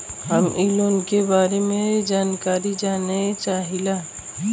हम इ लोन के बारे मे जानकारी जाने चाहीला?